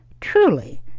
truly